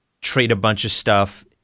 trade-a-bunch-of-stuff